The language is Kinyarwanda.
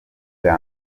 bwa